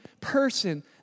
person